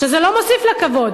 שזה לא מוסיף לה כבוד,